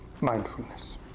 Mindfulness